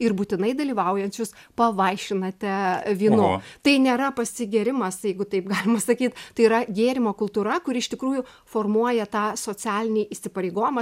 ir būtinai dalyvaujančius pavaišinate vynu tai nėra pasigėrimas jeigu taip galima sakyt tai yra gėrimo kultūra kuri iš tikrųjų formuoja tą socialinį įsipareigojimą